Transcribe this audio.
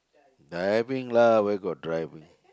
diving lah where got driving